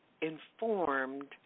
informed